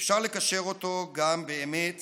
גם באמת